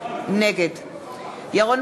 נגד ירון